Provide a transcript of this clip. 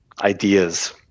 ideas